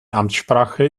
amtssprache